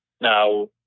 Now